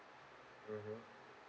mmhmm